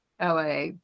LA